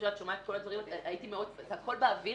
זה הכול באוויר.